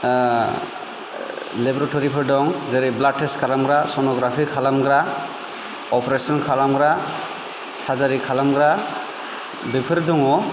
लेबरेट'रिफोर दं जेरै blood test खालामग्रा सन'ग्राफि खालामग्रा अप्रेशन खालामग्रा सारजारि खालामग्रा बेफोर दंङ